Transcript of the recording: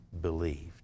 believed